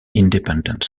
independent